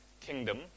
kingdom